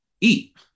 eat